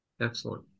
Excellent